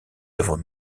œuvres